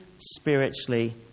spiritually